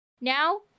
Now